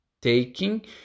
taking